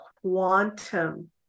quantum